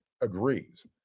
agrees